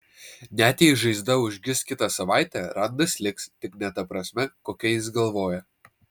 net jei žaizda užgis kitą savaitę randas liks tik ne ta prasme kokia jis galvoja